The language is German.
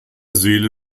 seele